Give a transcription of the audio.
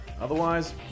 Otherwise